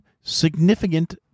significant